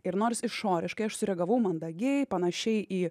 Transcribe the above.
ir nors išoriškai aš sureagavau mandagiai panašiai į